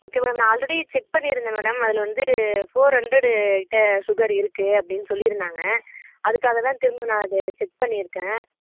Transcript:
okay madam நான் already check பண்ணியிருந்தேன் madam அதில் வந்து ஃபோர் ஹண்ட்ரடு கிட்டே சுகர் இருக்குது அப்படின்னு சொல்லியிருந்தாங்க அதுக்காகதான் திரும்ப நான் அதை செக் பண்ணியிருக்கேன்